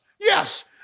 Yes